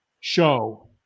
show